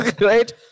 Right